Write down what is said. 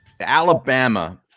Alabama